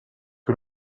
que